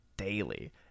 daily